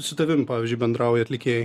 su tavim pavyzdžiui bendrauja atlikėjai